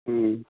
ह्म्म